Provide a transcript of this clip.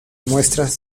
muestras